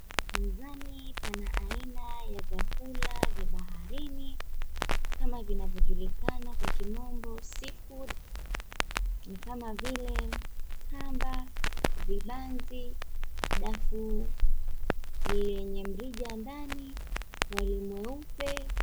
mezani pana aina ya chakula vya baharini kama zinazo julikana kwa kimombo see food ni kama vile kamba, vibanzi, dafu lenye mrija ndani